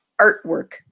artwork